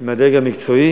עם הדרג המקצועי,